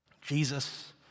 Jesus